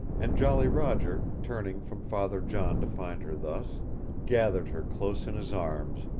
and jolly roger turning from father john to find her thus gathered her close in his arms,